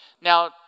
Now